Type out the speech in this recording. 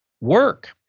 work